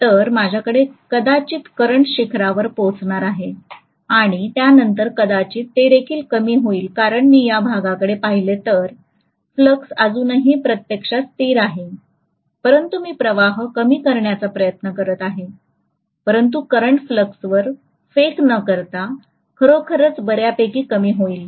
तर माझ्याकडे कदाचित करंट शिखहोईल कारण मी या भागाकडे पाहिले तर फ्लक्स अजूनही प्रत्यक्षात स्थिर आहे परंतु मी प्रवाह कमी करण्याचा प्रयत्न करीत आहे परंतु करंट फ्लक्सवर फेक न करता खरोखरच बर्यापैकी कमी होईल